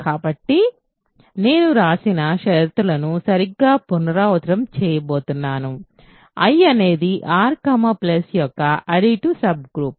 కాబట్టి నేను వ్రాసిన షరతులను సరిగ్గా పునరావృతం చేయబోతున్నాను I అనేది R యొక్క అడిటివ్ సబ్ గ్రూప్